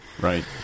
Right